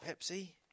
Pepsi